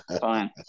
Fine